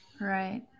Right